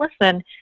listen